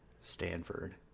Stanford